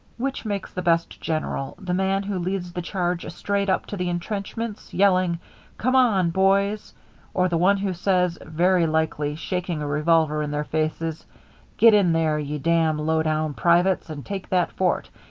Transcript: which makes the best general the man who leads the charge straight up to the intrenchments, yellin' come on, boys or the one who says, very likely shaking a revolver in their faces get in there, ye damn low-down privates, and take that fort,